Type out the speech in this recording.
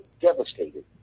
devastated